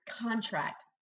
contract